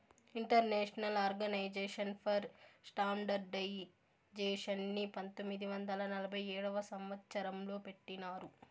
international organisation for స్టాండర్డయిజేషన్ని పంతొమ్మిది వందల నలభై ఏడవ సంవచ్చరం లో పెట్టినారు